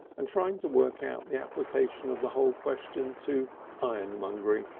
and trying to work out the application of the whole question to ironmongery.